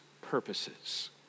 purposes